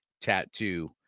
tattoo